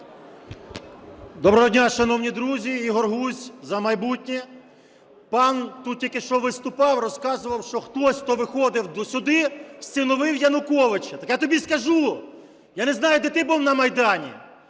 Доброго дня, шановні друзі! Ігор Гузь, "За майбутнє". Пан тут тільки що виступав, розказував, що хтось, хто виходив сюди, всиновив Януковича. Так я тобі скажу, я не знаю, де ти був на Майдані,